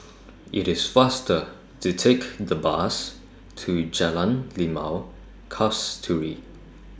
IT IS faster to Take The Bus to Jalan Limau Kasturi